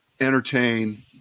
entertain